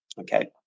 Okay